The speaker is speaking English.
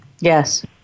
Yes